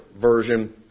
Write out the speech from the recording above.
version